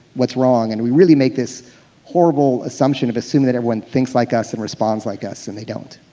what's wrong? and we really make this horrible assumption of assuming that everyone thinks like us and responds like us and they don't